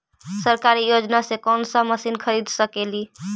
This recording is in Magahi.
सरकारी योजना से कोन सा मशीन खरीद सकेली?